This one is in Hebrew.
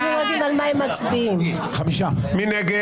מי נגד?